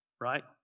right